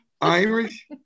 Irish